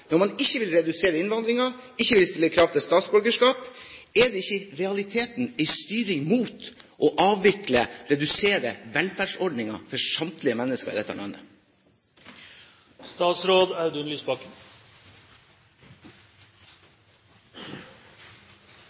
Når man ikke vil redusere innvandringen, ikke vil stille krav til statsborgerskap, er det ikke i realiteten en styring mot å avvikle/redusere velferdsordningene for samtlige mennesker i dette